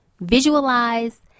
Visualize